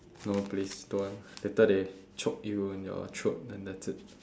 no please don't want later they choke you in your throat and that's it